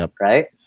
Right